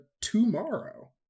tomorrow